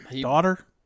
Daughter